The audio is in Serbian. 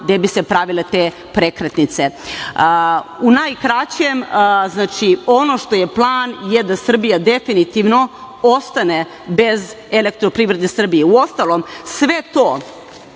gde bi se pravile te prekretnice.U najkraćem, znači ono što je plan je da Srbija definitivno ostane bez EPS-a. Uostalom, sve to